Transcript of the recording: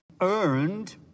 earned